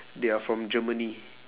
they are from germany